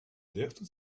дехто